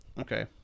okay